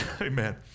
amen